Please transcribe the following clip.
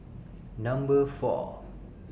Number four